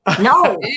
No